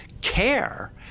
care